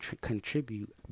contribute